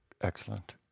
Excellent